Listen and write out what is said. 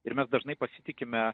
ir mes dažnai pasitikime